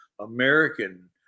American